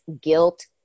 guilt